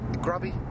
grubby